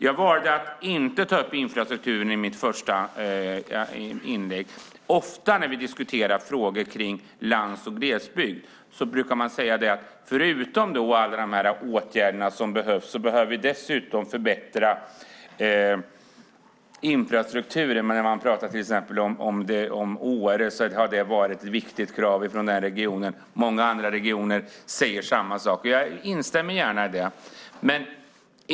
Jag valde att inte ta upp infrastrukturen i mitt första inlägg. När vi diskuterar frågor om lands och glesbygd brukar man ofta säga att förutom alla de åtgärder som behövs behöver vi förbättra infrastrukturen. När man pratar till exempel om Åre har detta varit ett viktigt krav från denna region, och många andra regioner säger samma sak. Jag instämmer gärna i det.